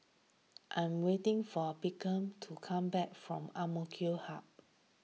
I am waiting for Beckham to come back from Amk Hub